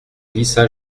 glissa